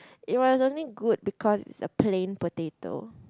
it was only good because it's a plain potato